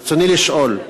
רצוני לשאול: